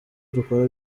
dukora